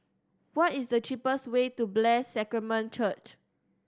what is the cheapest way to Blessed Sacrament Church